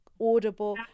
audible